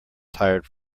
tired